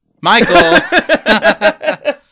Michael